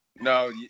No